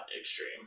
extreme